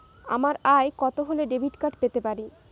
আমার আয় কত হলে ডেবিট কার্ড পেতে পারি?